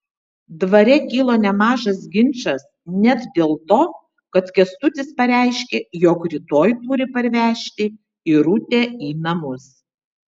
dvare kilo nemažas ginčas net dėl to kad kęstutis pareiškė jog rytoj turi parvežti irutę į namus